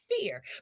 fear